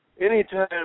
anytime